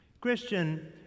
Christian